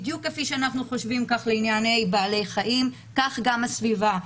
בדיוק כפי שאנחנו חושבים כך לעניין בעלי החיים כך גם הסביבה.